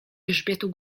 grzbietu